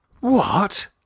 What